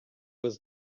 was